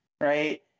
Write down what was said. right